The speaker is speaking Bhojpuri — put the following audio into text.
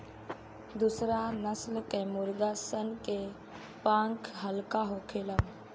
दुसरा नस्ल के मुर्गा सन के पांख हल्का होखेला